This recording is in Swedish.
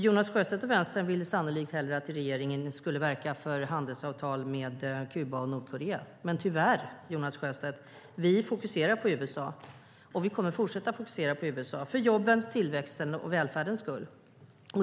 Jonas Sjöstedt och Vänstern vill sannolikt hellre att regeringen skulle verka för handelsavtal med Kuba och Nordkorea, men tyvärr, Jonas Sjöstedt, vi fokuserar på USA, och vi kommer att fortsätta med det för jobbens, tillväxtens och välfärdens skull.